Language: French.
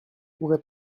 pourrait